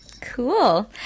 Cool